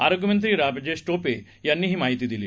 आरोग्यमंत्री राजेश टोपे यांनी ही माहिती दिली